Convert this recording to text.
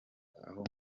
aho